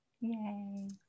Yay